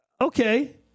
okay